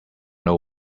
know